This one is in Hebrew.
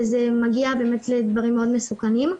וזה מגיע באמת לדברים מאוד מסוכנים.